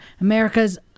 America's